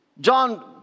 John